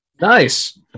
Nice